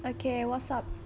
okay what's up